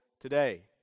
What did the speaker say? today